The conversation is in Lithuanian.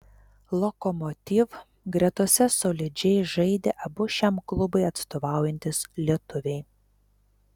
lokomotiv gretose solidžiai žaidė abu šiam klubui atstovaujantys lietuviai